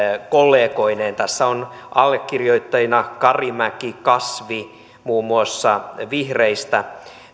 kollegoineen tässä on allekirjoittajina karimäki kasvi muun muassa vihreistä